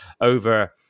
over